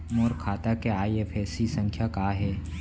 मोर खाता के आई.एफ.एस.सी संख्या का हे?